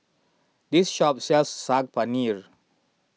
this shop sells Saag Paneer